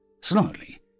Slowly